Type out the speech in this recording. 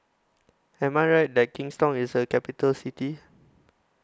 Am I Right that Kingstown IS A Capital City